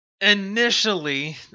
Initially